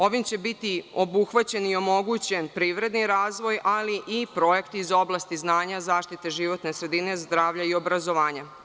Ovim će biti obuhvaćen i omogućen privredni razvoj, ali i projekti iz oblasti znanja, zaštite životne sredine, zdravlja i obrazovanja.